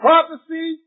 Prophecy